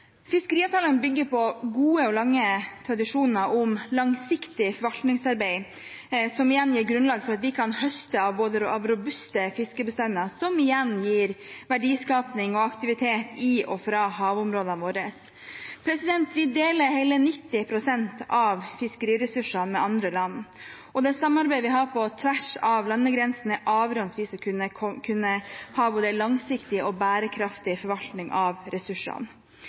Fiskeriavtalene bygger på gode og lange tradisjoner om langsiktig forvaltningsarbeid, som igjen gir grunnlag for at vi kan høste av robuste fiskebestander, som igjen gir verdiskaping og aktivitet i og fra havområdene våre. Vi deler hele 90 pst. av fiskeriressursene med andre land, og det samarbeidet vi har på tvers av landegrensene, er avgjørende for at vi skal kunne ha både langsiktig og bærekraftig forvaltning av ressursene.